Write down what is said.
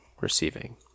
receiving